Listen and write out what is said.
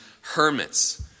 hermits